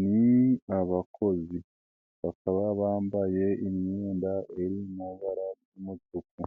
Ni abakozi bakaba bambaye imyenda iri mu ibara ry'umutuku,